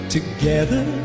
Together